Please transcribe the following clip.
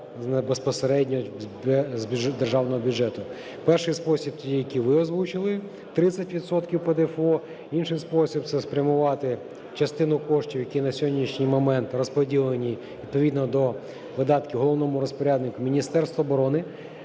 безпосередньо з державного бюджету. Перший спосіб, який ви озвучили, – 30 відсотків ПДФО. Інший спосіб – це спрямувати частину коштів, які на сьогоднішній момент розподілені відповідно до видатків головному розпоряднику Міністерству оборони,